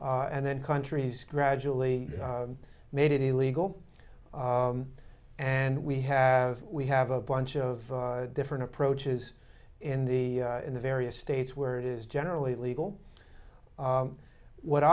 and then countries gradually made it illegal and we have we have a bunch of different approaches in the in the various states where it is generally legal what